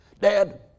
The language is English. dad